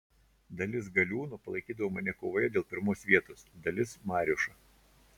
dalis galiūnų palaikydavo mane kovoje dėl pirmos vietos dalis mariušą